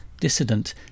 Dissident